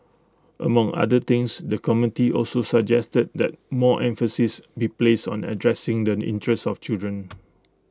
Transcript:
among other things the committee also suggested that more emphasis be placed on addressing the interests of children